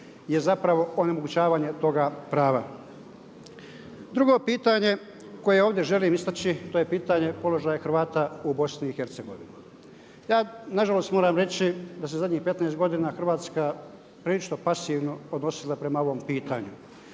je zapravo onemogućavanje toga prava. Drugo pitanje koje ovdje želim istači to je pitanje položaja Hrvata u Bosni i Hercegovini. Ja nažalost moram reći da se zadnjih 15 godina Hrvatska prilično pasivno odnosila prema ovom pitanju.